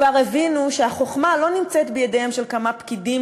כבר הבינו שהחוכמה לא נמצאת בידיהם של כמה פקידים